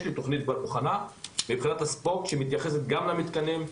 יש לי תוכנית מוכנה מבחינת הספורט שמתייחסת גם למתקנים,